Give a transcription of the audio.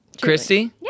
christy